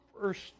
first